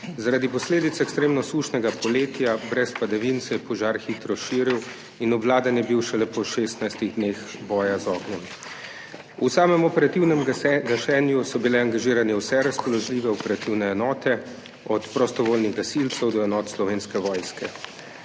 Zaradi posledic ekstremno sušnega poletja brez padavin se je požar hitro širil in obvladan je bil šele po 16 dneh boja z ognjem. V samem operativnem gašenju so bile angažirane vse razpoložljive operativne enote, od prostovoljnih gasilcev do enot Slovenske vojske,